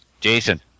Jason